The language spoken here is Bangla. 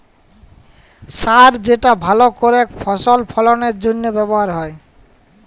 সার যেটা ভাল করেক ফসল ফললের জনহে ব্যবহার হ্যয়